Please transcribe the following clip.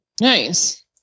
nice